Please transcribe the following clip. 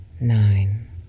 nine